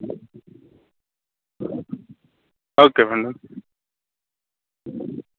okay madam